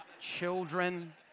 children